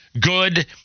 good